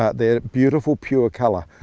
ah they're beautiful pure colour,